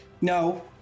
No